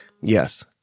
Yes